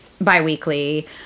bi-weekly